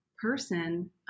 person